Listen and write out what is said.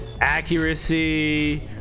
accuracy